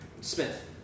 Smith